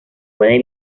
pueden